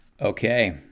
Okay